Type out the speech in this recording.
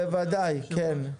בוודאי, כן.